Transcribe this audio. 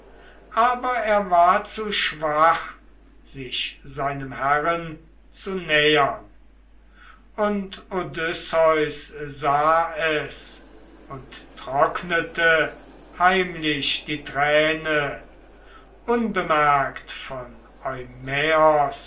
aber er war zu schwach sich seinem herren zu nähern und odysseus sah es und trocknete heimlich die träne unbemerkt von